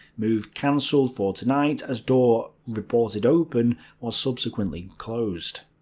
move cancelled for to-night as door reported open was subsequently closed.